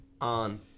on